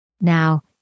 Now